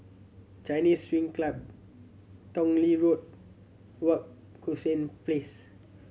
Chinese Swimming Club Tong Lee Road Wak Hassan Place